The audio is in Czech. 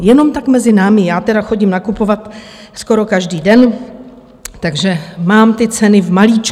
Jenom tak mezi námi, já tedy chodím nakupovat skoro každý den, takže mám ty ceny v malíčku.